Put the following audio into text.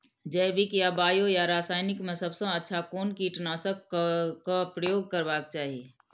जैविक या बायो या रासायनिक में सबसँ अच्छा कोन कीटनाशक क प्रयोग करबाक चाही?